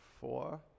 four